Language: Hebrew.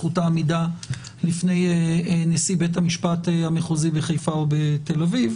זכות עמידה בפני נשיא בית המשפט המחוזי בחיפה או בתל אביב,